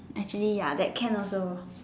actually ya that can also